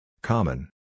Common